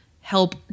help